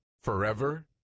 Forever